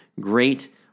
great